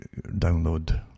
download